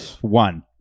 one